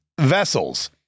vessels